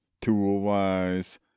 tool-wise